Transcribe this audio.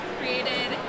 created